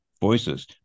voices